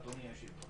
אדוני היושב-ראש,